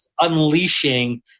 unleashing